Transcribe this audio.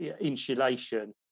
insulation